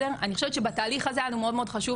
אני חושבת שבתהליך הזה היה לנו מאד חשוב